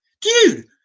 Dude